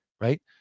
right